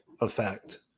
effect